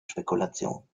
spekulation